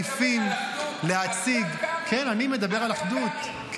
אתה מדבר על אחדות?